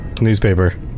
Newspaper